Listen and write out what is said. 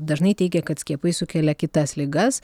dažnai teigia kad skiepai sukelia kitas ligas